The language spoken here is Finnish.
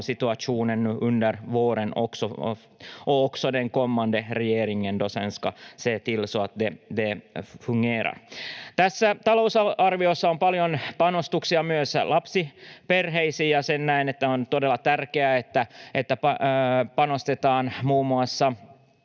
Tässä talousarviossa on paljon panostuksia myös lapsiperheisiin, ja näen, että on todella tärkeää, että panostetaan muun muassa